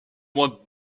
moins